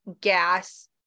gas